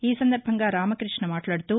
ఈ సందర్బంగా రామక్బష్ణ మాట్లాదుతూ